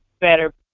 better